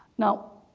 now